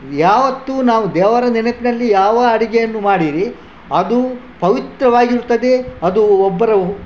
ಯಾವತ್ತೂ ನಾವು ದೇವರ ನೆನಪಿನಲ್ಲಿ ಯಾವ ಅಡುಗೆಯನ್ನು ಮಾಡಿರಿ ಅದು ಪವಿತ್ರವಾಗಿರುತ್ತದೆ ಅದು ಒಬ್ಬರ ಹೊ